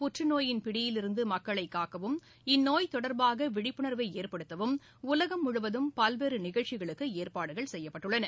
புற்றுநோயின் பிடியிலிருந்து மக்களை காக்கவும் இந்நோய் தொடர்பாக விழிப்புணர்வு ஏற்படுத்தவும் உலகம் முழுவதும் பல்வேறு நிகழ்ச்சிகளுக்கு ஏற்பாடுகள் செய்யப்பட்டிருந்தன